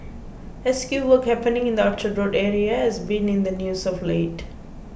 rescue work happening in the Orchard Road area has been in the news of late